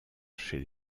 chez